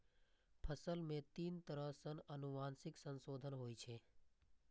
फसल मे तीन तरह सं आनुवंशिक संशोधन होइ छै